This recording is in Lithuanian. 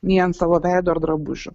nei ant savo veido ar drabužių